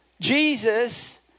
Jesus